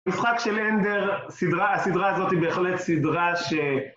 משחק של אנדר, הסדרה הזאת היא בהחלט סדרה ש...